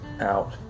Out